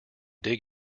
dig